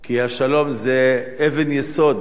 כי השלום זה אבן יסוד